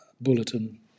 bulletin